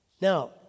Now